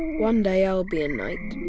one day, i'll be a knight